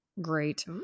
great